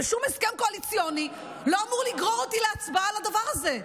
ושום הסכם קואליציוני לא אמור לגרור אותי להצבעה על הדבר הזה.